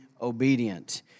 obedient